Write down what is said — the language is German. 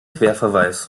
querverweis